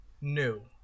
new